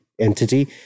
entity